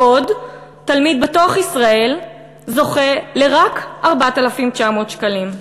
בעוד תלמיד בתוך ישראל זוכה רק ל-4,900 שקלים.